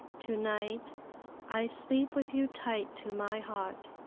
to-night i sleep with you tight to my heart.